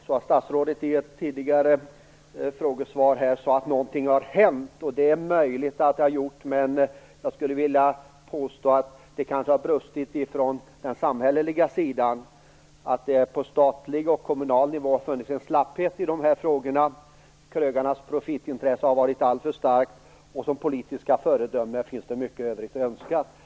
Fru talman! Jag har en synpunkt till. Statsrådet sade i tidigare frågesvar att någonting har hänt. Det är möjligt att det har gjort, men jag skulle vilja påstå att det har brustit ifrån den samhälleliga sidan. Det har på statlig och kommunal nivå funnits en slapphet i dessa frågor. Krögarnas profitintresse har varit alltför starkt. Av politiska föredömen finns det mycket i övrigt att önska.